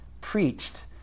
preached